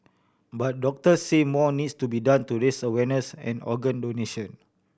but doctors say more needs to be done to raise awareness on organ donation